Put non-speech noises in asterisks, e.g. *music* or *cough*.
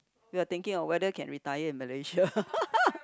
we are thinking of whether can retire in Malaysia *laughs*